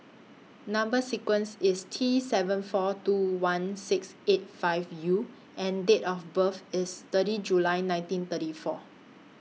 Number sequence IS T seven four two one six eight five U and Date of birth IS thirty July nineteen thirty four